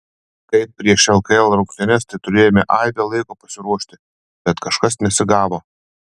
kaip prieš lkl rungtynes tai turėjome aibę laiko pasiruošti bet kažkas nesigavo